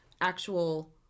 actual